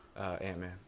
Ant-Man